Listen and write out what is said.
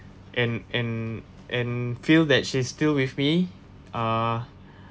and and and feel that she's still with me ah